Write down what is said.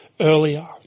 earlier